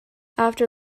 after